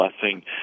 blessing